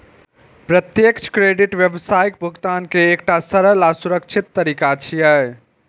प्रत्यक्ष क्रेडिट व्यावसायिक भुगतान के एकटा सरल आ सुरक्षित तरीका छियै